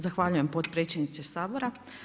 Zahvaljujem potpredsjedniče Sabora.